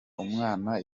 umwana